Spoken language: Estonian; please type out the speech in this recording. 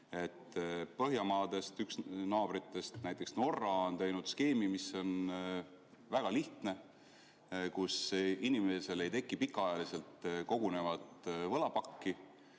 Põhjamaade naabritest, Norra, on teinud skeemi, mis on väga lihtne. Inimesel ei teki pikaajaliselt kogunevat võlapakki